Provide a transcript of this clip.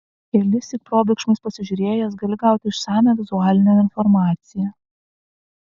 kelissyk probėgšmais pasižiūrėjęs gali gauti išsamią vizualinę informaciją